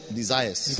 desires